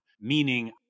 meaning